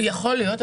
יכול להיות,